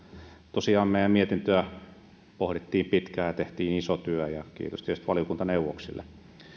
meidän mietintöä tosiaan pohdittiin pitkään ja tehtiin iso työ kiitos tietysti valiokuntaneuvoksille